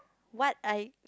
what I